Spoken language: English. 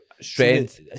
strength